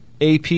AP